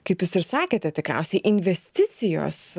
kaip jūs ir sakėte tikriausiai investicijos